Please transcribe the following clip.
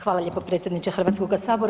Hvala lijepo predsjedniče HS.